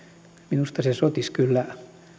minusta se sotisi kyllä